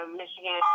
michigan